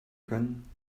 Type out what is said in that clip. können